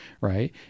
right